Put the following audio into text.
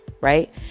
right